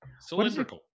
Cylindrical